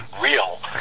real